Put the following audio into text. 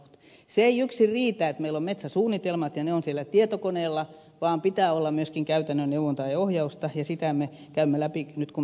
se ei yksin riitä että meillä on metsäsuunnitelmat ja ne ovat siellä tietokoneella vaan pitää olla myöskin käytännön neuvontaa ja ohjausta ja sitä me käymme läpi nyt kun metsäorganisaatiouudistusta teemme